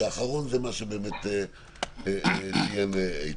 שהאחרון זה מה שציין איתן.